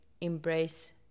embrace